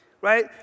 Right